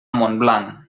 montblanc